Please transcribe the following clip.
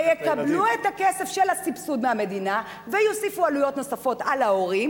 ויקבלו את הכסף של הסבסוד מהמדינה ויוסיפו עלויות על ההורים,